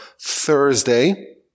Thursday